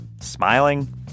Smiling